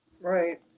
Right